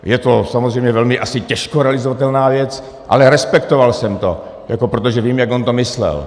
Je to samozřejmě asi velmi těžko realizovatelná věc, ale respektoval jsem to, protože vím, jak on to myslel.